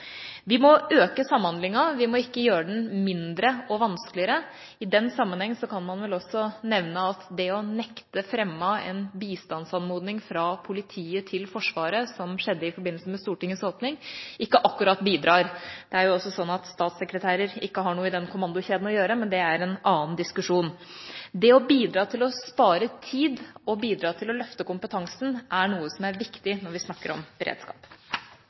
Vi må øke samhandlinga, vi må ikke gjøre den mindre og vanskeligere. I den sammenheng kan man vel også nevne at det å nekte fremmet en bistandsanmodning fra politiet til Forsvaret, noe som skjedde i forbindelse med Stortingets åpning, ikke akkurat bidrar. Det er jo også sånn at statssekretærer ikke har noe i den kommandokjeden å gjøre, men det er en annen diskusjon. Det å bidra til å spare tid og bidra til å løfte kompetansen er noe som er viktig når vi snakker om beredskap.